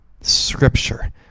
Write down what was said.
scripture